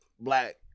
black